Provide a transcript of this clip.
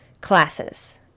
classes